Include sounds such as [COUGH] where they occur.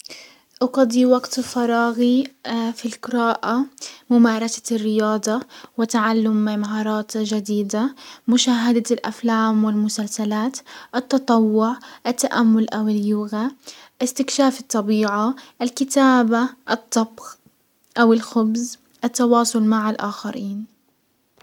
اقضي وقت فراغي [HESITATION] في القراءة، ممارسة الرياضة، وتعلم مهارات جديدة، مشاهدة الافلام والمسلسلات، التطوع، التأمل او اللغة، استكشاف الطبيعة، الكتابة، الطبخن او الخبز، التواصل مع الاخرين.